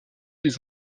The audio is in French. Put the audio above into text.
des